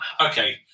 okay